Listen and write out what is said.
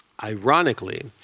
Ironically